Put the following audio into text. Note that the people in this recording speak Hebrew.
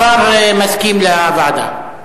השר מסכים לוועדה.